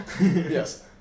Yes